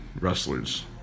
wrestlers